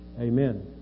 Amen